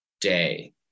day